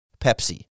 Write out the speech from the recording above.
Pepsi